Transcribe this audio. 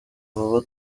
vuba